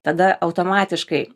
tada automatiškai